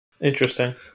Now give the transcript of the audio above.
Interesting